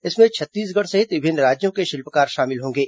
इसमें छत्तीसगढ़ सहित विभिन्न राज्यों के शिल्पकार शामिल होंगे